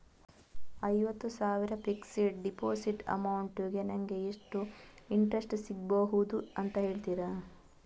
ಐವತ್ತು ಸಾವಿರ fixed deposit amount ಗೆ ನಂಗೆ ಎಷ್ಟು ಇಂಟ್ರೆಸ್ಟ್ ಸಿಗ್ಬಹುದು ಅಂತ ಹೇಳ್ತೀರಾ?